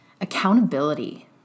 Accountability